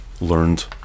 learned